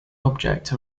object